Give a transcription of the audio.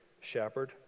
shepherd